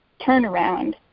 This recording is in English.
turnaround